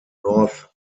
north